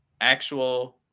actual –